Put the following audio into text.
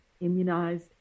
immunized